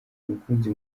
mukunzi